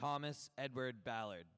thomas edward ballard